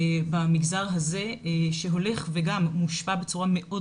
במגזר הזה שהולך ומושפע בצורה מאוד